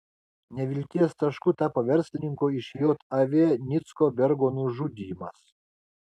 nevilties tašku tapo verslininko iš jav nicko bergo nužudymas